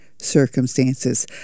circumstances